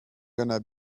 gonna